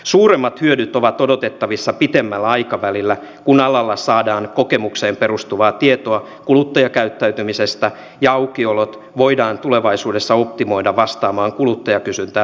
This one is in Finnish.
suuremmat hyödyt ovat odotettavissa pitemmällä aikavälillä kun alalla saadaan kokemukseen perustuvaa tietoa kuluttajakäyttäytymisestä ja aukiolot voidaan tulevaisuudessa optimoida vastaamaan kuluttajakysyntää mahdollisimman tehokkaasti